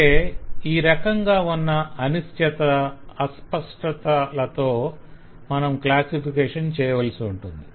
అంటే ఈ రకంగా ఉన్న అనిశ్చత అస్పష్టతలతో మనం క్లాసిఫికేషణ్ చేయవలసి ఉంటుంది